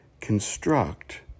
construct